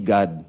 God